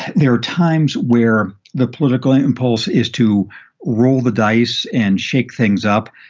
there are times where the political impulse is to roll the dice and shake things up.